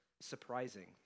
surprising